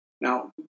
Now